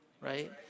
Right